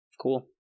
cool